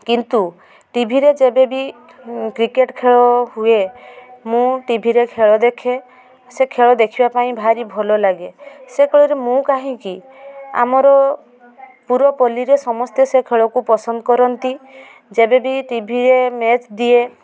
କିନ୍ତୁ ଟିଭିରେ ଯେବେବି କ୍ରିକେଟ୍ ଖେଳ ହୁଏ ମୁଁ ଟିଭିରେ ଖେଳ ଦେଖେ ସେ ଖେଳ ଦେଖିବା ପାଇଁ ଭାରି ଭଲ ଲାଗେ ସେ ଖେଳରେ ମୁଁ କାହିଁକି ଆମର ପୁରପଲ୍ଲୀରେ ସମସ୍ତେ ସେ ଖେଳକୁ ପସନ୍ଦ କରନ୍ତି ଯେବେବି ଟିଭିରେ ମ୍ୟାଚ୍ ଦିଏ